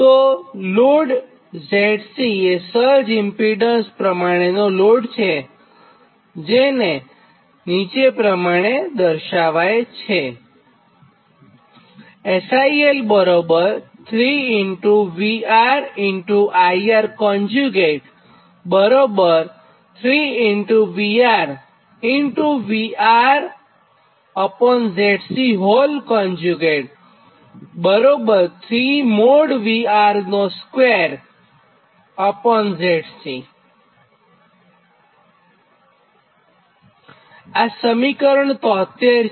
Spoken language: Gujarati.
તો લોડ Zc એ સર્જ ઇમ્પીડન્સ પ્રમાણેનો લોડ છેજેને નીચે પ્રમાણે દર્શાવાય છે આ સમીકરણ 73 છે